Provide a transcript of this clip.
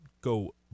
Go